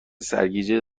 سرگیجه